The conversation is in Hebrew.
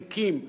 ריקים,